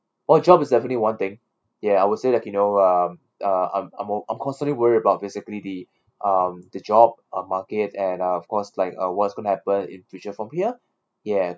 oh job is definitely one thing ya I would say like you know um uh I'm I'm al~ I'm constantly worried about basically the um the job uh market and uh of course like uh what's going to happen in future from here ya